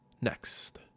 next